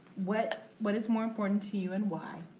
what but is more important to you and why?